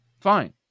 fine